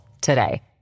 today